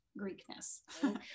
Greekness